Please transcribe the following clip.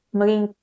maging